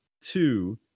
two